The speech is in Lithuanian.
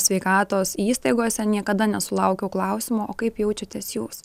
sveikatos įstaigose niekada nesulaukiau klausimo o kaip jaučiatės jūs